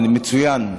מצוין.